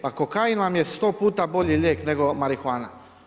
Pa kokain vam je sto puta bolji lijek, nego marihuana.